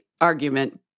argument